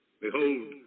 behold